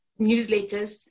newsletters